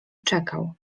czekał